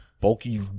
bulky